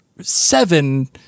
seven